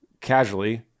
casually